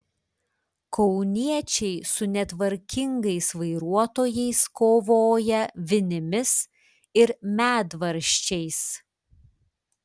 kauniečiai su netvarkingais vairuotojais kovoja vinimis ir medvaržčiais